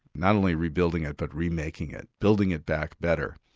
not only rebuilding it but re-making it, building it back better.